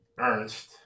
Ernst